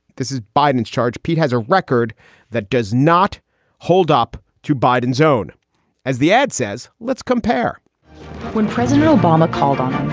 this is biden's charge. pete has a record that does not hold up to biden's own as the ad says, let's compare when president obama called on,